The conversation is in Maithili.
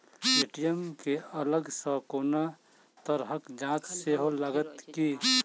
ए.टी.एम केँ अलग सँ कोनो तरहक चार्ज सेहो लागत की?